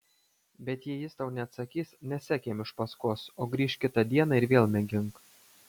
bet jei jis tau neatsakys nesek jam iš paskos o grįžk kitą dieną ir vėl mėgink